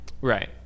Right